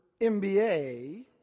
MBA